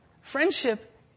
friendship